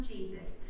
Jesus